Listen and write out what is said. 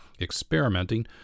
experimenting